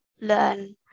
learn